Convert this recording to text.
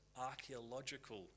archaeological